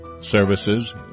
services